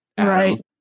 Right